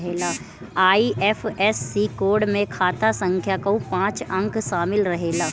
IFSC code में खाता संख्या कअ पांच अंक शामिल रहेला